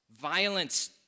violence